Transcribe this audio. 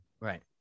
Right